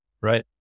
Right